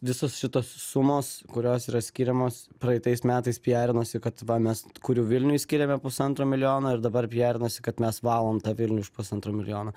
visos šitos sumos kurios yra skiriamos praeitais metais piarinosi kad va mes kuriu vilniui skyrėme pusantro milijono ir dabar piarinasi kad mes valom tą vilnių iš pusantro milijono